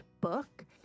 book